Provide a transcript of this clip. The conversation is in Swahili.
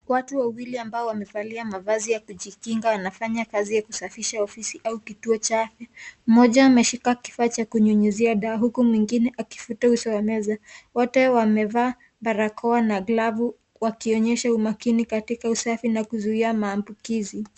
Watu wawili wamevalia ambao wamevalia mavazi ya kujikinga wanafanya kazi ya kusafisha ofisi au kituo chake. Mmoja ameshika kifa cha kunyunyuzia dawa huku mwingine akifuta uso ya meza, wote wameva barakoa na glavu wakionyesha umakini katika usafi na kuzuia mambukizi.